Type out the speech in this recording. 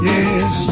Yes